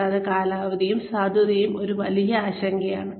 കൂടാതെ കാലാവധിയും സാധുതയും ഒരു വലിയ ആശങ്കയാണ്